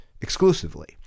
exclusively